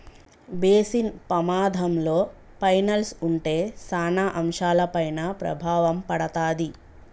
basis పమాధంలో పైనల్స్ ఉంటే సాన అంశాలపైన ప్రభావం పడతాది